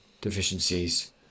deficiencies